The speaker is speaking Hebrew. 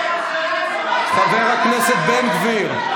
חבר הכנסת בן גביר,